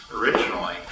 originally